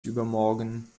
übermorgen